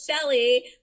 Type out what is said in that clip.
Shelly